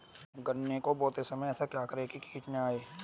गन्ने को बोते समय ऐसा क्या करें जो कीट न आयें?